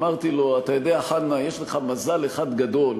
אמרתי לו: אתה יודע, חנא, יש מזל אחד גדול,